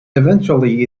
eventually